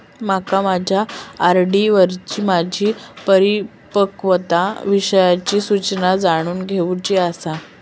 माका माझ्या आर.डी वरची माझी परिपक्वता विषयची सूचना जाणून घेवुची आसा